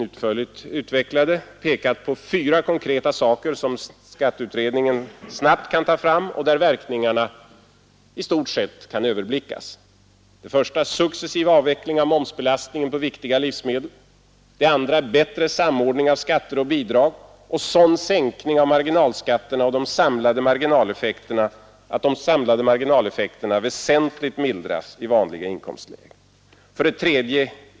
utförligt utvecklade, pekat på fyra konkreta saker som skatteutredningen snabbt kan ta fram och där verkningarna i stort sett kan överblickas. 2. Bättre samordning av skatter och bidrag och sådan sänkning av marginalskatterna att de samlade marginaleffekterna väsentligt mildras i vanliga inkomstlägen. 3.